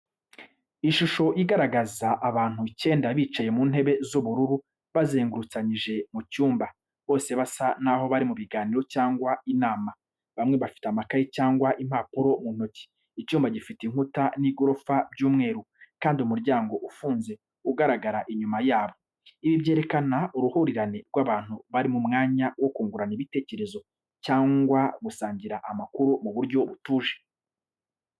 Ishusho igaragaza abantu icyenda bicaye mu ntebe z’ubururu bazengurutsanyije mu cyumba. Bose basa n’aho bari mu biganiro cyangwa inama, bamwe bafite amakayi cyangwa impapuro mu ntoki, Icyumba gifite inkuta n’igorofa by’umweru, kandi umuryango ufunze ugaragara inyuma yabo. Ibi byerekana uruhurirane rw’abantu bari mu mwanya wo kungurana ibitekerezo cyangwa gusangira amakuru mu buryo butuje.